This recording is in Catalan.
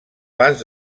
pas